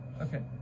Okay